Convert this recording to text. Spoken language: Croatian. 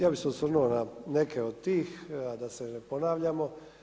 Ja bi se osvrnuo na neke od tih, a da se ne ponavljamo.